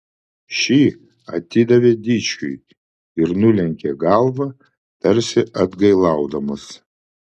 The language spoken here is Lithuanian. šį atidavė dičkiui ir nulenkė galvą tarsi atgailaudamas